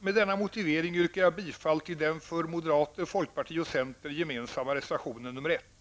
Med denna motivering yrkar jag bifall till den för moderata samlingspartiet, folkpartiet och centerpartiet gemensamma reservationen nr 1.